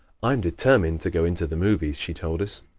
i am determined to go into the movies, she told us.